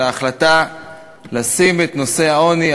על ההחלטה לשים את נושא העוני,